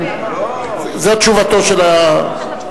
הצעת החוק